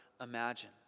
imagine